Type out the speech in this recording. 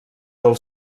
del